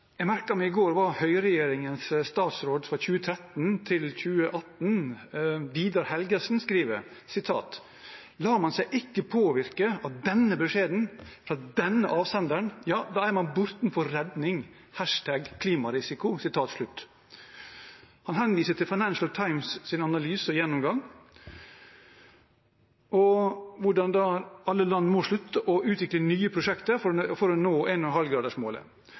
Jeg merket meg i går hva Høyre-regjeringens statsråd fra 2013 til 2018, Vidar Helgesen, har skrevet: «Lar man seg ikke påvirke av denne beskjeden fra denne avsenderen, er man bortenfor redning. #klimarisiko» Han henviser til Financial Times’ analyse og gjennomgang og hvordan alle land må slutte å utvikle nye prosjekter for å nå 1,5-gradersmålet. Statsråden og OED skal legge fram en